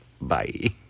Bye